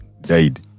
died